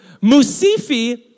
Musifi